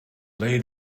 laid